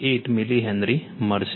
58 millihenry મળશે